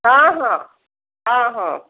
ହଁ ହଁ ହଁ ହଁ